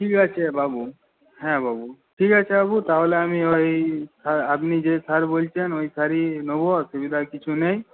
ঠিক আছে বাবু হ্যাঁ বাবু ঠিক আছে বাবু তাহলে আমি ওই আপনি যে সার বলছেন ওই সারই নেব অসুবিধার কিছু নেই